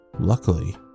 Luckily